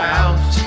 out